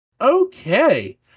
Okay